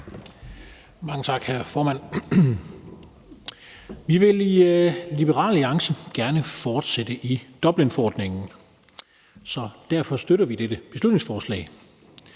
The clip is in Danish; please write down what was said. Mange tak, hr. formand. Vi vil i Liberal Alliance gerne fortsætte i Dublinforordningen, så derfor støtter vi dette beslutningsforslag.